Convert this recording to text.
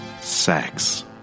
Sex